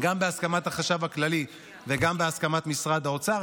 גם בהסכמת החשב הכללי וגם בהסכמת משרד האוצר.